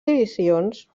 divisions